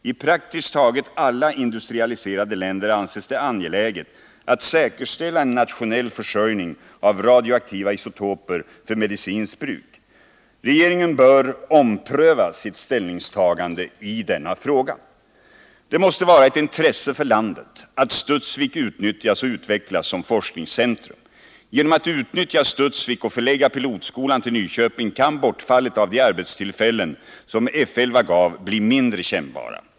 I praktiskt taget alla industrialiserade länder anses det angeläget att säkerställa en nationell försörjning med radioaktiva isotoper för medicinskt bruk. Regeringen bör ompröva sitt ställningstagande i denna fråga. Det måste vara ett intresse för landet att Studsvik utnyttjas och utvecklas som forskningscentrum. Genom att utnyttja Studsvik och förlägga pilotskolan till Nyköping kan bortfallet av de arbetstillfällen som F 11 gav bli mindre kännbart.